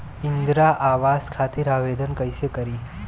इंद्रा आवास खातिर आवेदन कइसे करि?